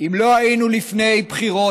אם לא היינו לפני בחירות,